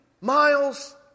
miles